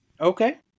Okay